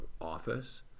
office